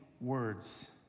words